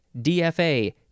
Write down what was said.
dfa